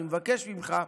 אני מבקש ממך,